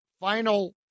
Final